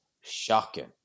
shocking